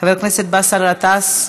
חבר הכנסת באסל גטאס,